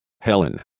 Helen